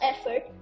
effort